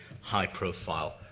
high-profile